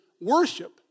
worship